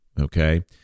okay